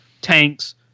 tanks